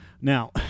Now-